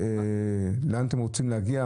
לאן אתם רוצים להגיע,